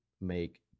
make